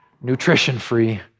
nutrition-free